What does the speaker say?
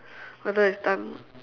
whether it's done